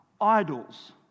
idols